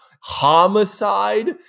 homicide